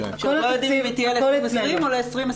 שלא יודעים אם היא תהיה ל-2020 או ל-2021.